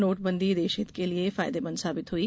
नोटबंदी देशहित के लिए फायदेमंद साबित हई